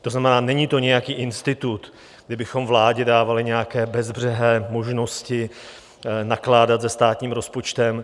To znamená, není nějaký institut, kdy bychom vládě dávali nějaké bezbřehé možnosti nakládat se státním rozpočtem.